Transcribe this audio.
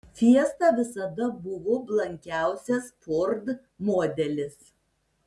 fiesta visada buvo blankiausias ford modelis